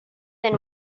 than